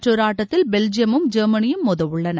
மற்றொரு ஆட்டத்தில் பெல்ஜியமும் ஜெர்மனியும் மோத உள்ளன